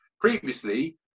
previously